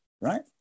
right